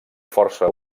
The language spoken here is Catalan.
força